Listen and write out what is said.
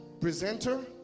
presenter